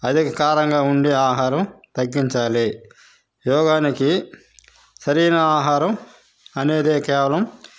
అధిక కారంగా ఉండే ఆహారం తగ్గించాలి యోగాకి సరైన ఆహారం అనేది కేవలం